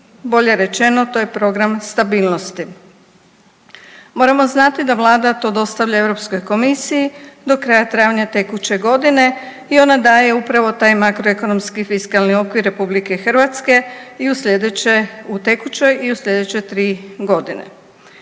bolje rečeno to je program stabilnosti. Moramo znati da vlada to dostavlja Europskoj komisiji do kraja travnja tekuće godine i ona daje upravo taj makroekonomski fiskalni okvir RH i u slijedeće, u tekućoj i u slijedeće 3.g..